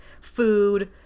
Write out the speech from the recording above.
food